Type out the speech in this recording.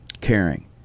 caring